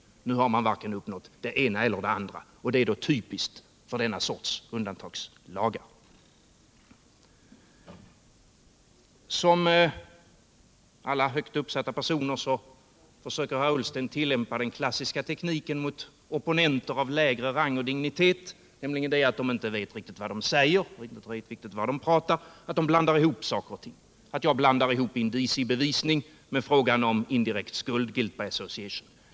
= Fortsatt giltighet av Nu har man uppnått varken det ena eller det andra, och det är typiskt — spaningslagen för denna sorts undantagslagar. Som alla högt uppsatta personer försöker herr Ullsten tillämpa den klassiska tekniken mot opponenter av lägre rang och dignitet, nämligen att påstå att de inte riktigt vet vad de pratar om, att de blandar ihop saker och ting — att jag blandar ihop indiciebevisning med frågan om indirekt skuld, ”guilt by association”.